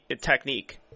technique